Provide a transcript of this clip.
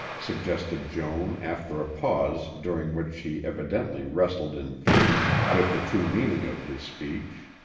suggested joan after a pause during which she evidently wrestled in vain with the true meaning of his speech.